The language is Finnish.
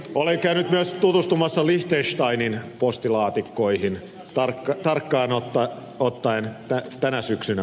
olen käynyt myös tutustumassa liechtensteinin postilaatikkoihin tarkkaan ottaen viime syksynä